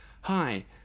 hi